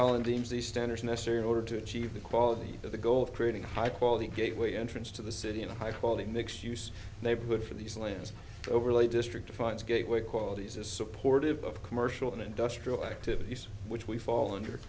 holland deems the standard necessary in order to achieve the quality of the goal of creating high quality gateway entrance to the city and high quality mixed use neighborhood for these lands overlay district fights gateway qualities are supportive of commercial and industrial activities which we fall under